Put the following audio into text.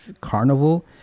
carnival